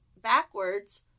backwards